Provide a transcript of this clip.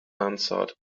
answered